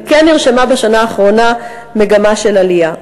וכן נרשמה בשנה האחרונה מגמה של עלייה.